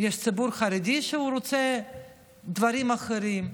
יש ציבור חרדי שרוצה דברים אחרים.